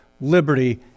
liberty